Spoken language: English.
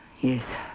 Yes